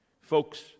Folks